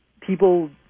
people